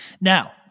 Now